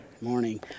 morning